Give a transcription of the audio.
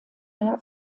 mehr